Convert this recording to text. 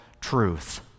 truth